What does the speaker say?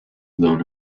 blown